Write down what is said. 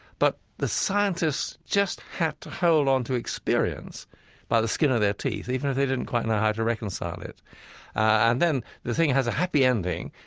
but the scientists just had to hold on to experience by the skin of their teeth even if they didn't quite know how to reconcile it and then the thing has a happy ending,